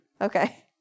Okay